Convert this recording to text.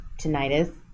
tinnitus